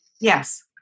Yes